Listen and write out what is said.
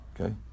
Okay